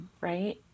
right